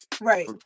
Right